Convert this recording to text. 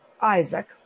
Isaac